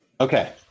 Okay